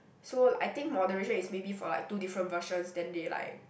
so I think moderation is maybe for like two different versions then they like